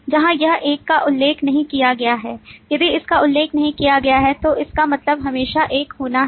यहाँ एक का उल्लेख नहीं किया गया है यदि इसका उल्लेख नहीं किया गया है तो इसका मतलब हमेशा एक होना है